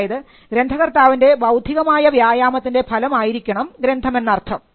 അതായത് ഗ്രന്ഥകർത്താവിൻറെ ബൌദ്ധികമായ വ്യായാമത്തിൻറെ ഫലം ആയിരിക്കണം ഗ്രന്ഥമെന്നർത്ഥം